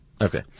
Okay